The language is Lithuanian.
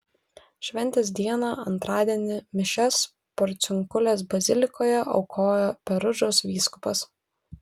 šventės dieną antradienį mišias porciunkulės bazilikoje aukojo perudžos vyskupas